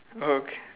oka~